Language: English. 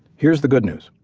here's the good news.